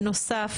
בנוסף,